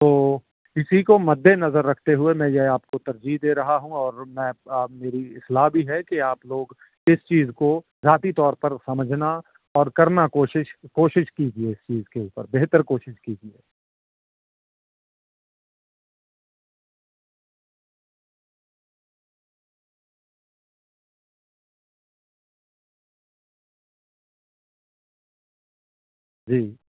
تو اسی کو مدِّ نظر رکھتے ہوئے میں یہ آپ کو ترجیح دے رہا ہوں اور میں میری اصلاح بھی ہے کہ آپ لوگ اس چیز کو ذاتی طور پر سمجھنا اور کرنا کوشش کوشش کیجیے اس چیز کے اوپر بہتر کوشش کیجیے جی